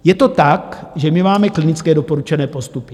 Je to tak, že my máme klinické doporučené postupy.